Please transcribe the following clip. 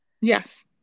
Yes